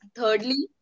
Thirdly